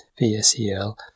VSEL